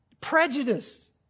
Prejudice